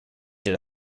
did